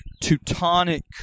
Teutonic